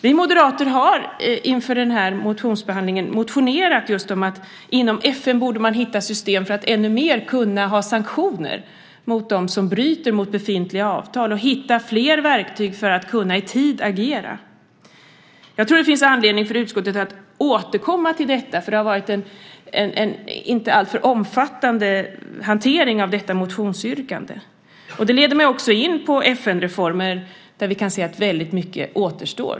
Vi moderater har inför denna motionsbehandling motionerat om att man inom FN borde hitta system för att ännu mer kunna ha sanktioner mot dem som bryter mot befintliga avtal och hitta fler verktyg för att i tid kunna agera. Jag tror att det finns anledning för utskottet att återkomma till detta, för det har varit en inte alltför omfattande hantering av detta motionsyrkande. Det leder mig också in på FN-reformer, där vi kan se att väldigt mycket återstår.